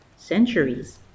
centuries